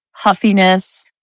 huffiness